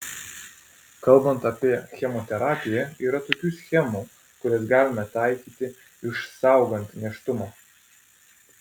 kalbant apie chemoterapiją yra tokių schemų kurias galima taikyti išsaugant nėštumą